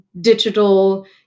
digital